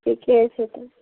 ठीके छै तऽ